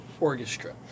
Orchestra